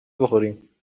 بخوریم